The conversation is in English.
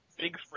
big